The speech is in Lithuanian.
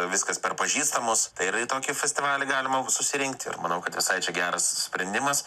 viskas per pažįstamus tai ir į tokį festivalį galima bus susirinkti ir manau kad visai čia geras sprendimas